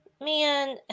Man